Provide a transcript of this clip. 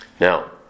Now